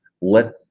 let